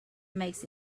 makes